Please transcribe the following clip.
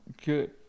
good